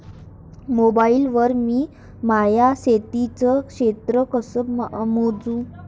Mobile वर मी माया शेतीचं क्षेत्र कस मोजू?